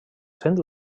sent